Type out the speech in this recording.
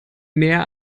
mehr